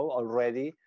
already